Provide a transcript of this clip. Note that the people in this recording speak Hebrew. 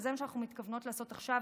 וזה מה שאנחנו מתכוונות לעשות עכשיו,